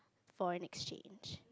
for an exchange